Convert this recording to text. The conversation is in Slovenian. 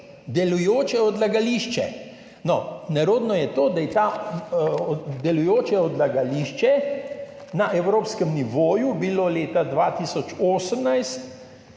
delujoče odlagališče. No, nerodno je to, da je bilo delujoče odlagališče na evropskem nivoju leta 2018